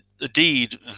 indeed